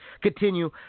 continue